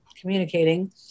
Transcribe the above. communicating